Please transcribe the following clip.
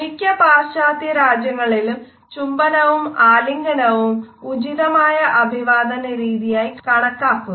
മിക്ക പശ്ചാത്യരാജ്യങ്ങളിലും ചുംബനവും ആലിംഗനവും ഉചിതമായ അഭിവാദനരീതിയായി കണക്കാക്കുന്നു